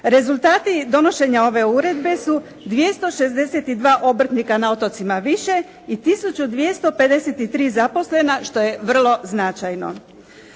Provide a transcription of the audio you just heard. Rezultati donošenja ove uredbe su 262 obrtnika na otocima više i tisuću 253 zaposlena, što je vrlo značajno.